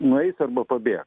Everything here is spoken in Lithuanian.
nueis arba pabėgs